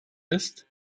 ist